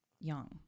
young